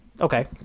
Okay